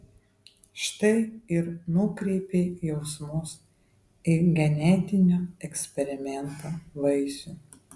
štai ir nukreipei jausmus į genetinio eksperimento vaisių